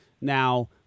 Now